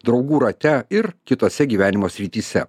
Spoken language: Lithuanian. draugų rate ir kitose gyvenimo srityse